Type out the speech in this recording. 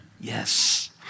Yes